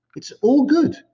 it's all good.